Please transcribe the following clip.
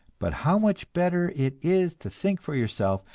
but how much better it is to think for yourself,